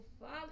Father